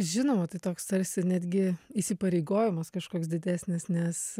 žinoma tai toks tarsi netgi įsipareigojimas kažkoks didesnis nes